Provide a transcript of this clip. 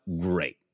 great